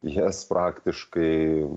jas praktiškai